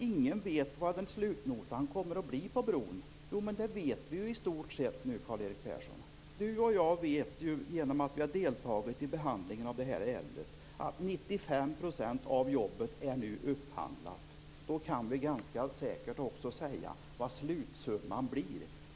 Ingen vet vad slutnotan på bron kommer att bli, har det sagts. Men det vet vi ju i stort sett nu, Karl Erik Persson! Genom att vi har deltagit i behandlingen av ärendet vet vi båda två att 95 % av jobbet nu är upphandlat. Vi kan alltså ganska säkert också säga vilken slutsumman blir.